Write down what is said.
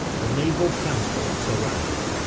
the naval transports arrived,